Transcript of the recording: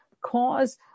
cause